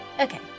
Okay